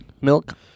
milk